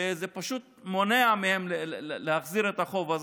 זה פשוט מונע מהם להחזיר את החוב הזה.